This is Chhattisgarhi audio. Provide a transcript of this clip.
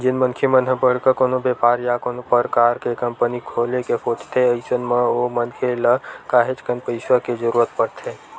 जेन मनखे मन ह बड़का कोनो बेपार या कोनो परकार के कंपनी खोले के सोचथे अइसन म ओ मनखे मन ल काहेच कन पइसा के जरुरत परथे